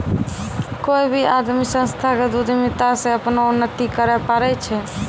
कोय भी आदमी संस्थागत उद्यमिता से अपनो उन्नति करैय पारै छै